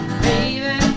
baby